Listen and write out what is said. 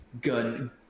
gun